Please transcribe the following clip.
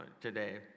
today